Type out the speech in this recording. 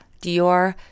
Dior